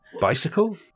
Bicycle